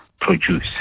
produce